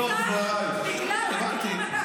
מתוך דברייך, שנייה, הבנתי.